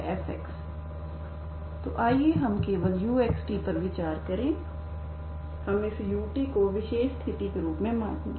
ux0f तो आइए हम केवल uxt पर विचार करें हम इस u2 को विशेष स्थिति के रूप में मानेंगे